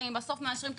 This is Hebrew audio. החסמים בידיים שלנו.